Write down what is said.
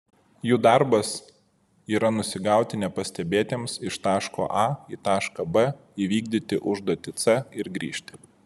jų darbas yra nusigauti nepastebėtiems iš taško a į tašką b įvykdyti užduotį c ir grįžti